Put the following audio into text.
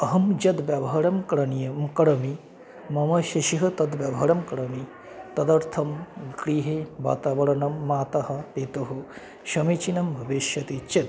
अहं यत् व्यवहारं करणीयं करोमि मम शिशुः तद्व्यवहारं करोमि तदर्थं गृहे वातावरणं मातुः पितुः समीचीनं भविष्यति चेत्